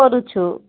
କରୁଛୁ